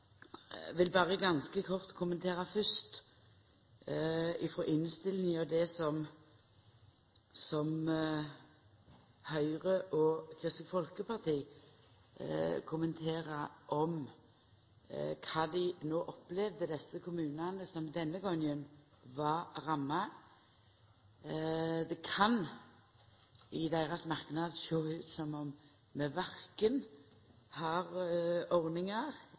vil fyrst berre ganske kort kommentera frå innstillinga det som Høgre og Kristeleg Folkeparti kommenterer om kva dei kommunane, som denne gongen var ramma, opplevde. Det kan i deira merknad sjå ut som om vi korkje har ordningar